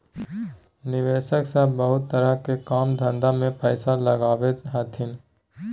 निवेशक सब बहुते तरह के काम धंधा में पैसा लगबै छथिन